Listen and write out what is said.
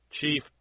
Chief